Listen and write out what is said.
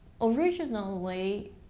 originally